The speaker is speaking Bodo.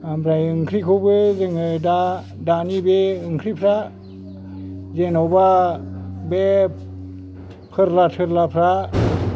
ओमफ्राय ओंख्रिखौबो जोङो दा दानि बे ओंख्रिफ्रा जेन'बा बे फोर्ला थोर्लाफ्रा